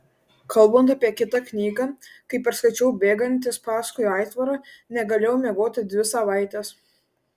kalbant apie kitą knygą kai perskaičiau bėgantis paskui aitvarą negalėjau miegoti dvi savaitės